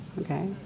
okay